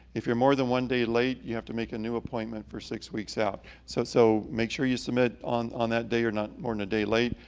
if you're more than one day late, you have to make a new appointment for six weeks out. so so make sure you submit on on that day, or not more than and a day late.